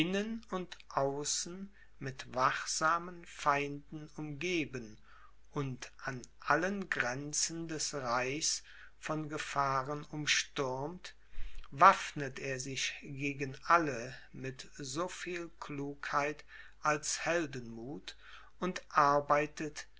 und außen mit wachsamen feinden umgeben und an allen grenzen des reichs von gefahren umstürmt waffnet er sich gegen alle mit so viel klugheit als heldenmuth und arbeitet